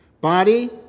body